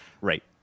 Right